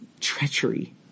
treachery